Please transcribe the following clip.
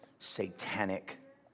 satanic